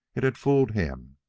it had fooled him,